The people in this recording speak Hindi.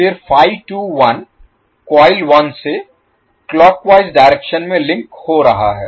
फिर डायरेक्शन में लिंक हो रहा है